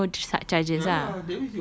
but with no sub charges ah